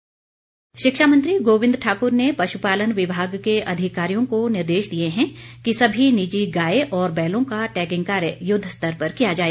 tagging शिक्षा मंत्री गोविंद सिंह ठाकुर ने पशुपालन विभाग के अधिकारियों को निर्देश दिए हैं कि सभी निजी गाय और बैलों का टैंगिंग कार्य युद्धस्तर पर किया जाए